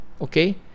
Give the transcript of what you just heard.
Okay